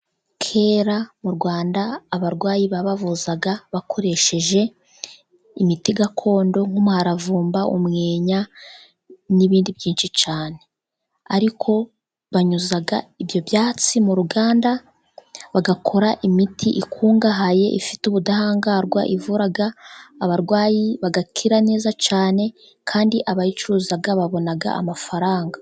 Kera mu Rwanda abarwayi babavuzaga bakoresheje imiti gakondo nk'umurahavumba, umwenya, n'ibindi byinshi cyane ariko ubu banyuza ibyo byatsi mu ruganda bagakora imiti ikungahaye ifite ubudahangarwa, ivura abarwayi bagakira neza cyane kandi abayicuruza babona amafaranga.